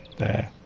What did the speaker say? there